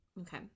okay